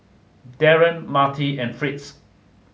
Darren Marty and Fritz